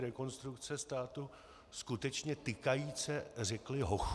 Rekonstrukce státu skutečně tykajíce řekli hochu?